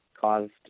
caused